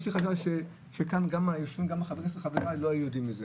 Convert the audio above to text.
אני חושב שכמה מחבריי שיושבים כאן לא היו יודעים על כך.